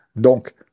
Donc